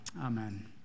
Amen